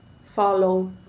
follow